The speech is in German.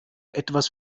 etwas